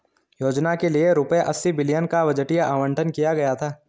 योजना के लिए रूपए अस्सी बिलियन का बजटीय आवंटन किया गया था